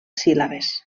síl·labes